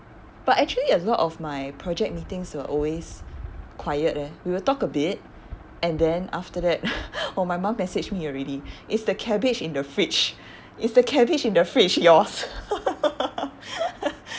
but actually a lot of my project meetings were always quiet eh we will talk a bit and then after that oh my mum message me already is the cabbage in the fridge is the cabbage in the fridge yours